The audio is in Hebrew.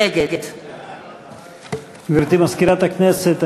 נגד גברתי מזכירת הכנסת,